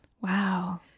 Wow